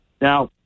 Now